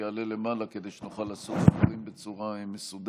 שיעלה למעלה כדי שנוכל לעשות את הדברים בצורה מסודרת.